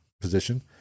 position